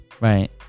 right